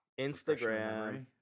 Instagram